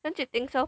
don't you think so